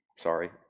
sorry